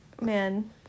man